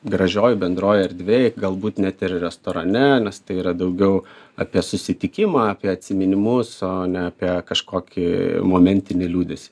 gražioj bendroj erdvėj galbūt net ir restorane nes tai yra daugiau apie susitikimą apie atsiminimus o ne apie kažkokį momentinį liūdesį